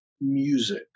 Music